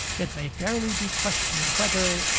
it may fairly be questioned, whether,